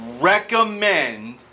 recommend